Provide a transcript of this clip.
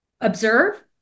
observe